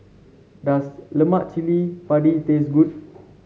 does Lemak Cili Padi taste good